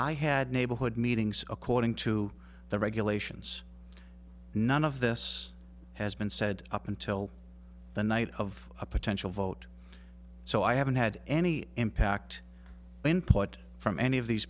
i had neighborhood meetings according to the regulations none of this has been said up until the night of a potential vote so i haven't had any impact input from any of these